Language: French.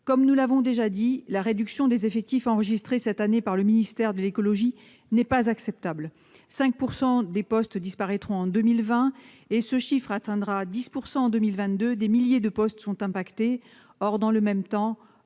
comme nous l'avons déjà dit, la réduction des effectifs enregistrée cette année par le ministère de l'écologie n'est pas acceptable 5 pourcent des postes disparaîtront en 2020 et ce chiffre atteindra 10 pourcent en 2022, des milliers de postes sont impactés, or dans le même temps